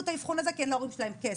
את האבחון הזה כי אין להורים שלהם כסף,